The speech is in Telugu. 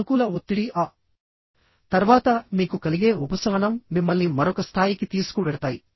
ఏర్పడిన ఒత్తిడి మీరు ఒత్తిడికి గురికావడం సానుకూల ఒత్తిడి ఆ తర్వాత మీకు కలిగే ఉపశమనం మిమ్మల్ని మరొక స్థాయికి తీసుకువెళతాయి